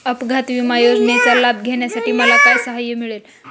अपघात विमा योजनेचा लाभ घेण्यासाठी मला काय सहाय्य मिळेल?